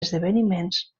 esdeveniments